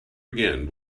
again